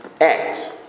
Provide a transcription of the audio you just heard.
act